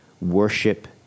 worship